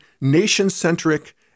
nation-centric